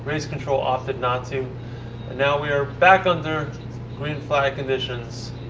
race control opted not to. and now we are back under green-flag conditions,